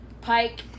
Pike